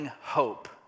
hope